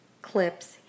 clips